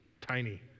tiny